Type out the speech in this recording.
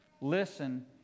listen